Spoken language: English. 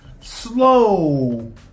slow